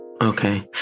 Okay